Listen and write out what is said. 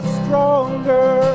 stronger